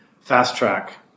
fast-track